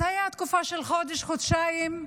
אז הייתה תקופה של חודש, חודשיים,